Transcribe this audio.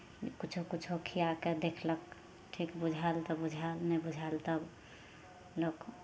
किछो किछो खिया कऽ देखलक ठीक बुझायल तऽ बुझायल नहि बुझायल तऽ लोक